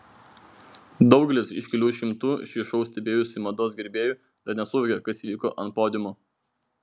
daugelis iš kelių šimtų šį šou stebėjusių mados gerbėjų net nesuvokė kas įvyko ant podiumo